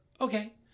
Okay